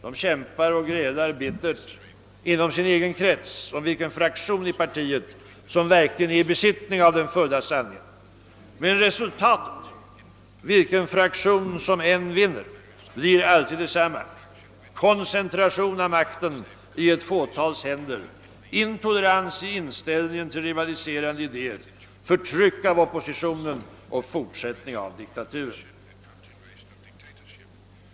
De kämpar och grälar bittert inom sin egen krets om vilken fraktion i partiet som verkligen är i besittning av den fulla sanningen. Men resultatet, vilken fraktion som än vinner, blir alltid detsamma: koncentration av makten i ett fåtals händer, intolerans i inställningen till rivaliserande idéer, förtryck av opposition och fortsättning av diktaturen.